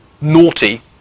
naughty